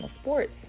sports